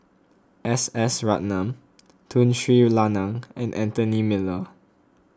S S Ratnam Tun Sri Lanang and Anthony Miller